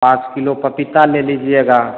पाँच किलो पपीता ले लीजिएगा